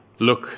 look